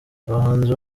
abahanzi